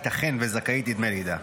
ייתכן וזכאית לדמי לידה.